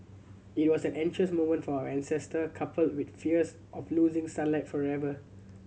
it was an anxious moment for our ancestor coupled with fears of losing sunlight forever